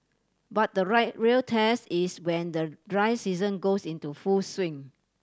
but the real real test is when the dry season goes into full swing